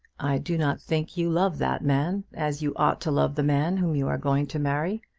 i do not think you love that man as you ought to love the man whom you are going to marry.